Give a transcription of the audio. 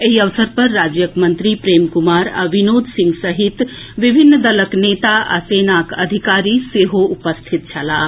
एहि अवसर पर राज्यक मंत्री प्रेम कुमार आ विनोद सिंह सहित विभिन्न दलक नेता आ सेनाक अधिकारी सेहो उपस्थित छलाह